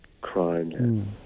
crime